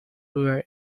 were